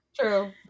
true